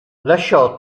lasciò